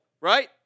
right